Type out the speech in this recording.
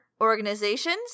organizations